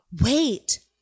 Wait